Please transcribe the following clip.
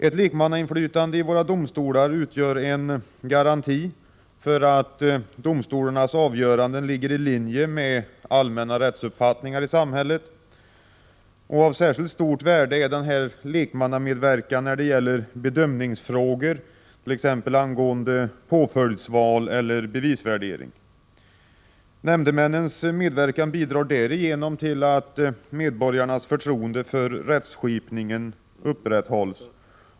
Ett lekmannainflytande i våra domstolar utgör en garanti för att domstolarnas avgöranden ligger i linje med allmänna rättsuppfattningar i samhället. Av särskilt stort värde är denna lekmannamedverkan när det gäller bedömningsfrågor, t.ex. angående påföljdsval eller bevisvärdering. Nämndemännens medverkan bidrar därigenom till att medborgarnas förtroende för rättskipningen upprätthålls.